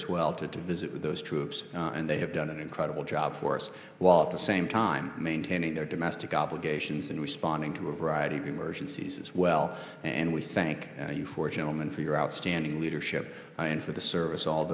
as well to visit with those troops and they have done an incredible job for us while at the same time maintaining their domestic obligations and responding to a variety of emergencies as well and we thank you for gentlemen for your outstanding leadership and for the service all